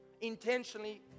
intentionally